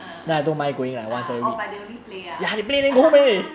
ah ah orh but they only play ah